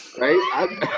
right